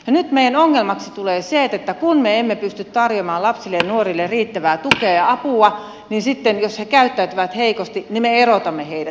nyt meidän ongelmaksemme tulee se että kun me emme pysty tarjoamaan lapsille ja nuorille riittävää tukea ja apua niin sitten jos he käyttäytyvät heikosti me erotamme heidät